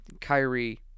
Kyrie